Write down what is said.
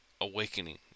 awakening